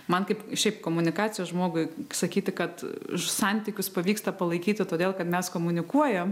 man kaip šiaip komunikacijos žmogui sakyti kad santykius pavyksta palaikyti todėl kad mes komunikuojam